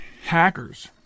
Hackers